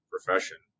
profession